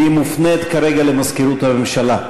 והיא מופנית כרגע למזכירות הממשלה.